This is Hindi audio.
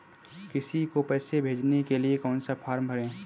किसी को पैसे भेजने के लिए कौन सा फॉर्म भरें?